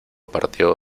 partió